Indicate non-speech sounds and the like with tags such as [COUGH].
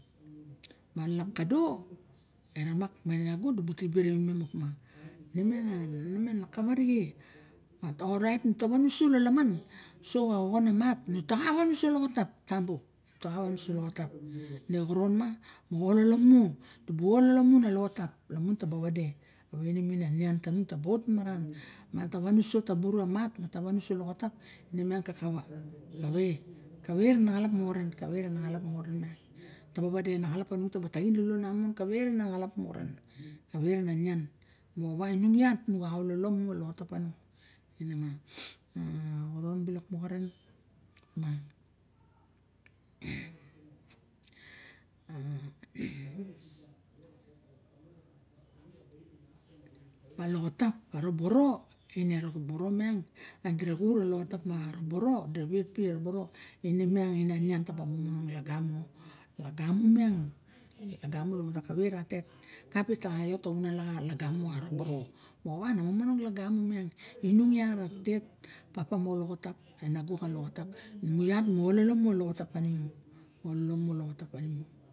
Malap kado eramak me nago tibu tibe ravimem opa ne imang na kawa rixe orait nut wansu solalmaon tawa mu oxon a mat tabu ta wan uso loloxotap ine xoron ma di ba ololo mu dibu ololomu a toxotap taba wade awaine mine anian tanung taba of marau ma ta wan uso ma ta buru mat in miang kakawe kave kawe rana xalap moxaren tabu wade na xalap panung taba kawe ranei nian moxawe inung iat nu xa ololomu a loxotap panung ine ma a xoron bilok karen ma [NOISE] [HESITATION] ma loxotap a roroboro ine a roboro miang dira xura loxotap maraboro miang ine miang dira wet pi ma roboro ine miang a nian taba kamap maran laga mo mo taba kave ra tet kabe ta ca ba onan lagamo xa loxotap panung in iat apapa moxa laoxatap mama moxa lolotap imu iat mu ololmu a loxotap panimu